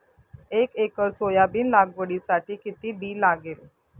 एक acre soybean लागवडीसाठी किती बी लागेल?